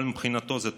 אבל מבחינתו זה תופס.